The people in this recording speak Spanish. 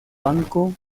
banco